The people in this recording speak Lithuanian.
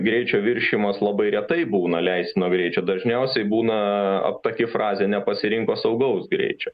greičio viršijimas labai retai būna leistino greičio dažniausiai būna aptaki frazė nepasirinko saugaus greičio